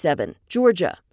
Georgia